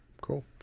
cool